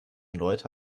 leute